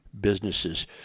businesses